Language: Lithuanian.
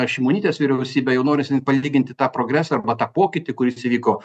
šimonytės vyriausybė jau norisi net palyginti tą progresą arba tą pokytį kuris įvyko